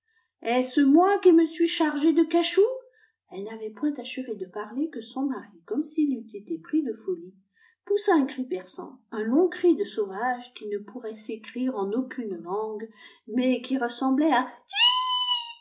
est-ce moi qui me suis chargée de cachou elle n'avait point achevé de parler que son mari comme s'il eût été pris de folie poussa un cri perçant un long cri de sauvage qui ne pourrait s'écrire en aucune langue mais qui ressemblait à